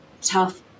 tough